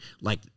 like-